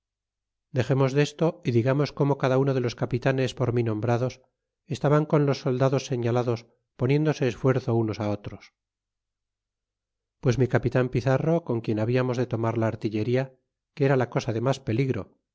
ánimos dexemos desto y digamos como cada uno de los capitanes por mi nombrados estaban con los soldados señalados poniéndose esfuerzo unos otros pues mi capitan pizarro con quien hablamos de tomar la artillería que era la cosa de mas peligro